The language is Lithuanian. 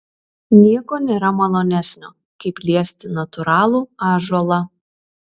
nieko nėra malonesnio kaip liesti natūralų ąžuolą